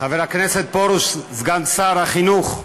חבר הכנסת פרוש, סגן שר החינוך,